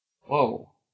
Whoa